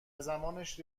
زمانش